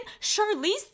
Charlize